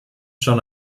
schon